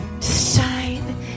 Shine